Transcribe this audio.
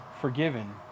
forgiven